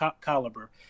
caliber